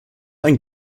ein